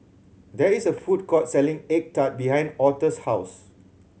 there is a food court selling egg tart behind Authur's house